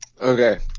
Okay